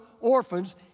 orphans